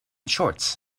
shorts